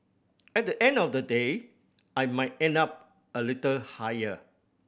at the end of the day I might end up a little higher